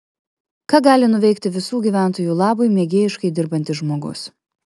ką gali nuveikti visų gyventojų labui mėgėjiškai dirbantis žmogus